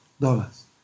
dollars